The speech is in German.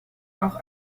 auch